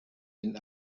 den